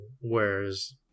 whereas